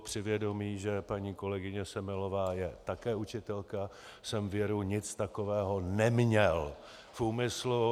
Při vědomí, že paní kolegyně Semelová je také učitelka, jsem věru nic takového neměl v úmyslu.